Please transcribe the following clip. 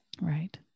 Right